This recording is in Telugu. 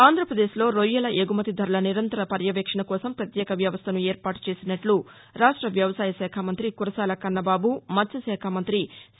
ఆంధ్రప్రదేశ్లో రొయ్యల ఎగుమతి ధరల నిరంతర పర్యవేక్షణ కోసం ప్రత్యేక వ్యవస్లను ఏర్పాటు చేసినట్లు రాష్ట వ్యవసాయ శాఖ మంతి కురసాల కన్నబాబు మత్వ్యశాఖ మంతి సి